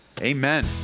Amen